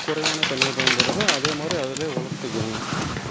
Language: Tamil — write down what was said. குறைவான தண்ணியும் பயன்படுது அதேமாதிரி அதுலே உலர்த்திக்கிதுங்க